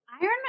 iron